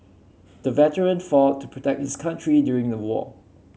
the veteran fought to protect his country during the war